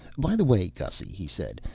by the way, gussy, he said,